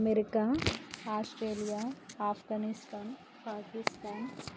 America Australia Afghanistan Pakistan